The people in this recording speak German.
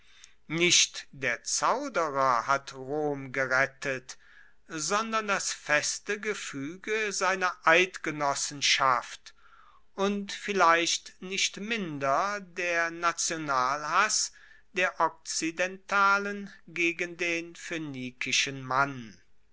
nicht der zauderer hat rom gerettet sondern das feste gefuege seiner eidgenossenschaft und vielleicht nicht minder der nationalhass der okzidentalen gegen den phoenikischen mann